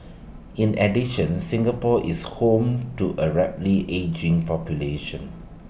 in addition Singapore is home to A rapidly ageing population